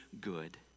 good